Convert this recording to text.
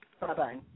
Bye-bye